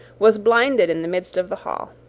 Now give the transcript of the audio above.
was blinded in the midst of the hall.